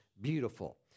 beautiful